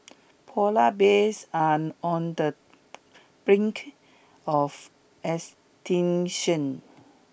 polar bears are on the brink of extinction